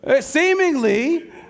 Seemingly